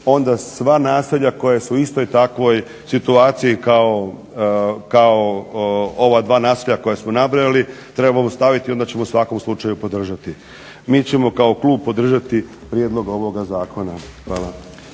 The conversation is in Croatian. onda sva naselja koja su u istoj takvoj situaciji kao ova dva naselja koja smo nabrojali, treba … onda ćemo u svakom slučaju podržati. Mi ćemo kao klub podržati prijedlog ovoga zakona. Hvala.